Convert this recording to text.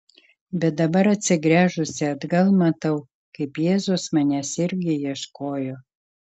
bet dabar atsigręžusi atgal matau kaip jėzus manęs irgi ieškojo